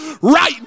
right